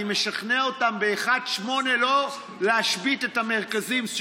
אני משכנע אותם לא להשבית את המרכזים ב-1 באוגוסט,